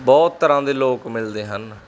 ਬਹੁਤ ਤਰ੍ਹਾਂ ਦੇ ਲੋਕ ਮਿਲਦੇ ਹਨ